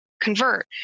convert